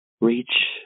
reach